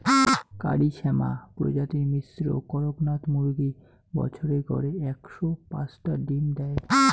কারি শ্যামা প্রজাতির মিশ্র কড়কনাথ মুরগী বছরে গড়ে একশো পাঁচটা ডিম দ্যায়